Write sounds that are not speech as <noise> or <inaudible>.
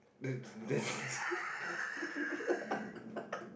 that's that's <laughs>